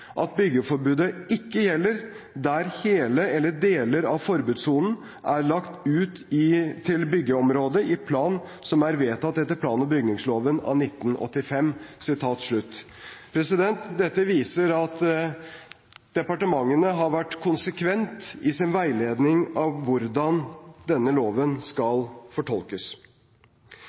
at byggeforbudet ikke gjelder der hele eller deler av forbudssonen er lagt ut til byggeområde i plan som er vedtatt etter plan- og bygningsloven 1985.» Dette viser at departementene har vært konsekvent i sin veiledning av hvordan denne loven skal fortolkes.